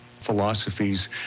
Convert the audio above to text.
philosophies